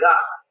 God